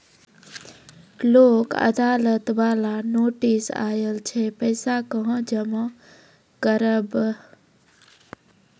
लोक अदालत बाला नोटिस आयल छै पैसा कहां जमा करबऽ?